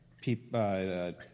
people